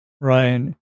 Ryan